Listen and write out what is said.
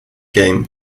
game